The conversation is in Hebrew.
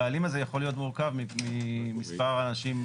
הבעלים הזה יכול להיות מורכב ממספר אנשים,